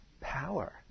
power